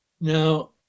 Now